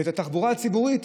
אבל את התחבורה הציבורית,